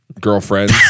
girlfriend